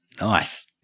Nice